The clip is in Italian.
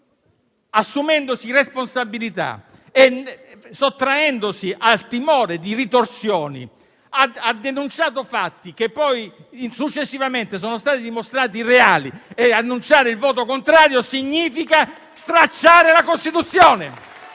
assumendosi la propria responsabilità e sottraendosi al timore di ritorsioni, ha denunciato fatti che poi successivamente sono stati dimostrati come reali, annunciare un voto contrario, significa stracciare la Costituzione!